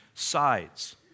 sides